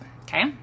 okay